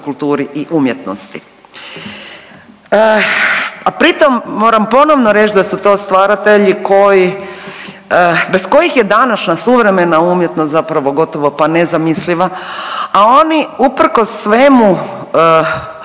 kulturi i umjetnosti. A pritom moram ponovno reći da su to stvaratelji bez kojih je današnja suvremena umjetnost zapravo gotovo pa nezamisliva, a oni uprkos svemu,